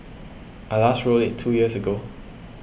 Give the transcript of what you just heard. I last rode it two years ago